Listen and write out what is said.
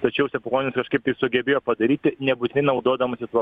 tačiau stepukonis kažkaip tai sugebėjo padaryti nebūtinai naudodamasi tuo